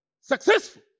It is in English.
successful